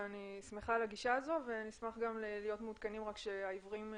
אני שמחה על הגישה הזאת ונשמח גם להיות מעודכנים כשמי